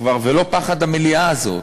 כבר לא קשור, ולא פחד המליאה הזאת.